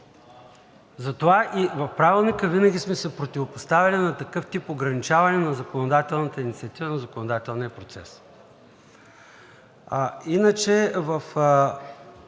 Затова и в Правилника винаги сме се противопоставяли на такъв тип ограничаване на законодателната инициатива в законодателния процес.